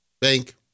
bank